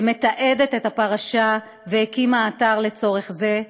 שמתעדת את הפרשה והקימה אתר לצורך זה,